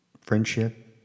friendship